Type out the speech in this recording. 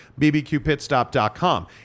bbqpitstop.com